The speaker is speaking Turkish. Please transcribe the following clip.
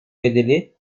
bedeli